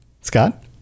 Scott